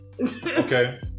okay